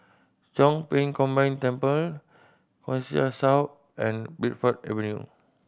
Chong Pang Combined Temple Connexis South and Bridport Avenue